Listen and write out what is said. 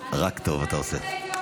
רק טוב אתה עושה.